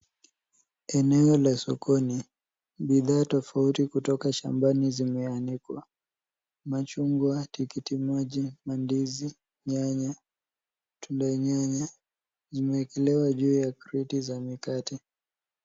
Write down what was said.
Eneo la sokoni, bidhaa tofauti kutoka shambani zimeanikwa. Machungwa, tikitimaji, mandizi, nyanya, tunda ya nyanya, zimeekelewa juu ya kreti za mikate.